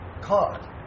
caught